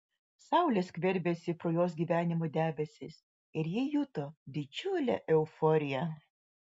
saulė skverbėsi pro jos gyvenimo debesis ir ji juto didžiulę euforiją